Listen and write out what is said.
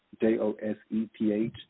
J-O-S-E-P-H